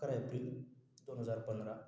अकरा एप्रिल दोन हजार पंधरा